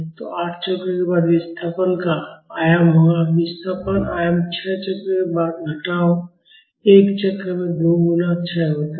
तो 8 चक्रों के बाद विस्थापन का आयाम होगा विस्थापन आयाम 6 चक्रों के बाद घटाव एक चक्र में 2 गुना क्षय होता है